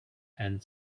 and